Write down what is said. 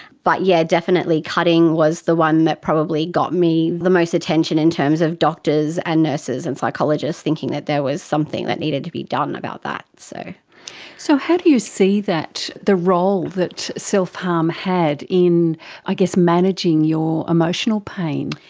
but yes, yeah definitely cutting was the one that probably got me the most attention in terms of doctors and nurses and psychologists thinking that there was something that needed to be done about that. so so how do you see the role that self-harm had in i guess managing your emotional pain?